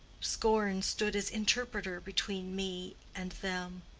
scorn stood as interpreter between me and them.